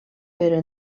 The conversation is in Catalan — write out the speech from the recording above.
però